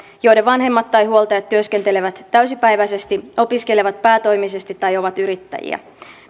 joiden vanhemmat tai huoltajat työskentelevät täysipäiväisesti opiskelevat päätoimisesti tai ovat yrittäjiä